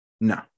No